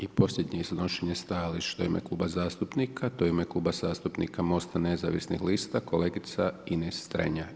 I posljednje iznošenje stajališta u ime kluba zastupnika to je u ime Kluba zastupnika MOST-a nezavisnih lista, kolegica Ines Strenja.